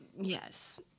Yes